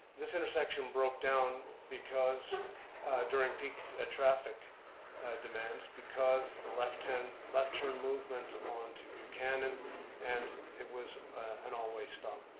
this intersection broke down because during peak ah traffic demands because the left turn left turn movement onto buchanan and it was an all-way stop.